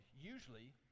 Usually